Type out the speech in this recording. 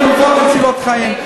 על תרופות מצילות חיים?